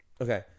Okay